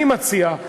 אני מציע,